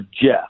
Jeff